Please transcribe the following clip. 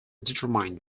determined